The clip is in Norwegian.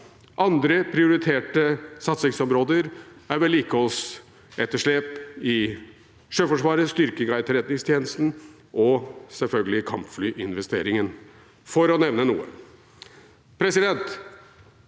Andre prioriterte satsingsområder er vedlikeholdsetterslep i Sjøforsvaret, styrking av etterretningstjenesten og, selvfølgelig, kampflyinvesteringen – for å nevne noen. På